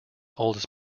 oldest